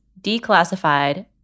declassified